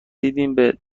دقیقه